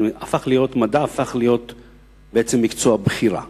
מדע הפך להיות בעצם מקצוע בחירה.